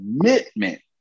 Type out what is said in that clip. commitment